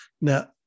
now